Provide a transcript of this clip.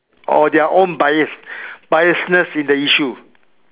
or their own bias biasness in the issue